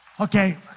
Okay